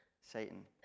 Satan